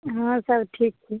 हँ सब ठीक छै